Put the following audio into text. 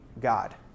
God